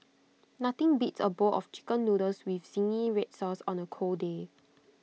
nothing beats A bowl of Chicken Noodles with Zingy Red Sauce on A cold day